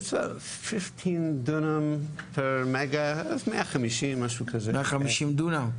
15 דונם למגה, אז משהו כמו 150 דונם.